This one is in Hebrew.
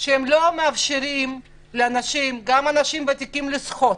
לא מאפשר לאנשים ותיקים לשחות,